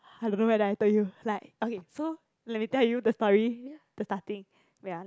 I don't know whether I told you like okay so let me tell you the story the starting